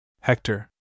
Hector